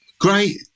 great